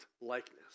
likeness